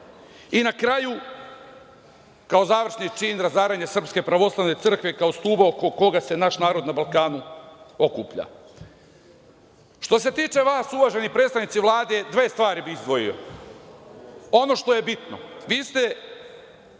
Na kraju, kao završni čin razaranje SPC kao stuba oko koga se naš narod na Balkanu okuplja. Što se tiče vas uvaženi predstavnici Vlade, dve stvari bih izdvojio. Ono što je bitno i što